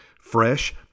fresh